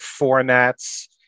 formats